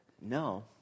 No